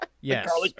Yes